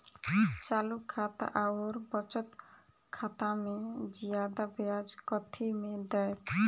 चालू खाता आओर बचत खातामे जियादा ब्याज कथी मे दैत?